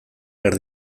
behar